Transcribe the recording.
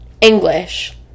English